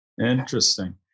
Interesting